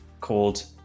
called